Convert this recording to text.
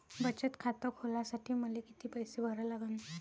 बचत खात खोलासाठी मले किती पैसे भरा लागन?